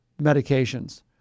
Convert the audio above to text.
medications